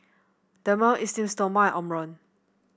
Dermale Esteem Stoma Omron